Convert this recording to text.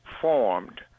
formed